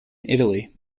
italy